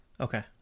Okay